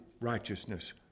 righteousness